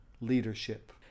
leadership